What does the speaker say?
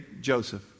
Joseph